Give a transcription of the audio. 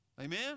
Amen